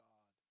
God